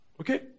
Okay